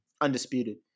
undisputed